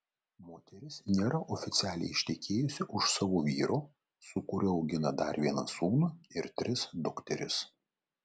moteris nėra oficialiai ištekėjusi už savo vyro su kuriuo augina dar vieną sūnų ir tris dukteris